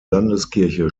landeskirche